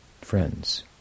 friends